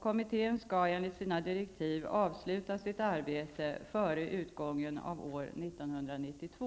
Kommittén skall enligt sina direktiv avsluta sitt arbete före utgången av år 1992.